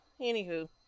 anywho